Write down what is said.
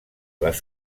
les